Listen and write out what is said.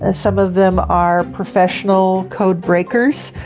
ah some of them are professional code breakers,